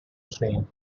train